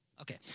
okay